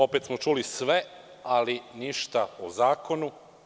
Opet smo čuli sve, ali ništa o zakonu.